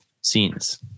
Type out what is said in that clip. scenes